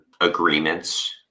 agreements